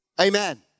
Amen